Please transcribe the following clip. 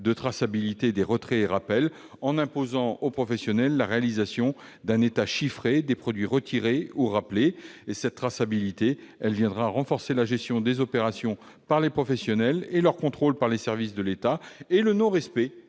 Cet amendement tend ainsi à imposer aux professionnels la réalisation d'un état chiffré des produits retirés ou rappelés. Cette traçabilité permettra de renforcer la gestion des opérations par les professionnels et leur contrôle par les services de l'État. Le non-respect